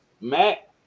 Matt